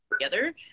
together